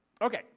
Okay